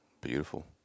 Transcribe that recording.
beautiful